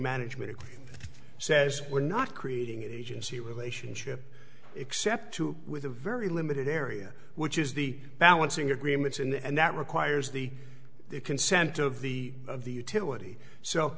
management says we're not creating an agency with ration ship except to with a very limited area which is the balancing agreements and that requires the consent of the of the utility so